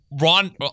Ron